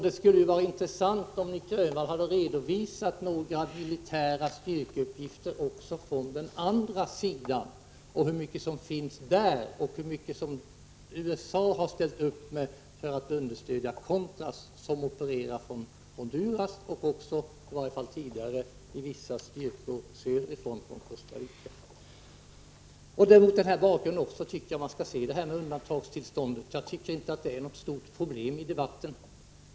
Det skulle vara intressant om Nic Grönvall hade redovisat några militära styrkeuppgifter också från den andra sidan om hur mycket som finns där och hur mycket USA har ställt upp med för att understödja contras som opererar från Honduras och också — i varje fall tidigare — vissa styrkor söderifrån, från Costa Rica. Det är också mot den här bakgrunden som jag tycker att man skall se undantagstillståndet. Jag tycker inte att det är något stort problem i den här debatten.